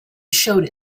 showed